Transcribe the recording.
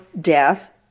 death